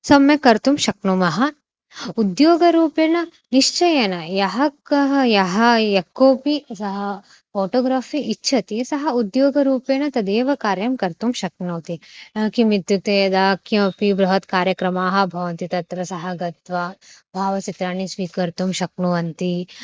सम्यक् कर्तुं शक्नुमः उद्योगरूपेण निश्चयेन यः कः यः यः कोपि सः फ़ोटोग्राफ़ि इच्छति सः उद्योगरूपेण तदेव कार्यं कर्तुं शक्नोति किमित्युक्ते यदा किमपि बृहत् कार्यक्रमाः भवन्ति तत्र सः गत्वा भावचित्राणि स्वीकर्तुं शक्नुवन्ति